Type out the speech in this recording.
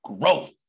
growth